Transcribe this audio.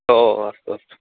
ओ अस्तु अस्तु